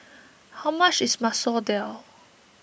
how much is Masoor Dal